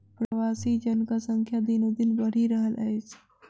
प्रवासी जनक संख्या दिनोदिन बढ़ि रहल अछि